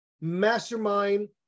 mastermind